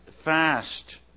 fast